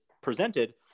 presented